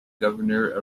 governor